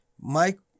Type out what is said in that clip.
Mike